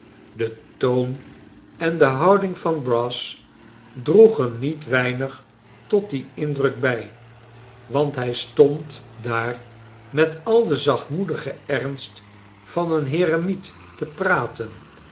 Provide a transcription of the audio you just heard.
de toon en de houding van brass droegen niet weinig tot dien indruk bij want hij stond daar met al den zachtmoedigen ernst van een heremiet te praten